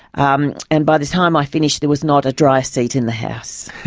um and by the time i finished there was not a dry seat in the house.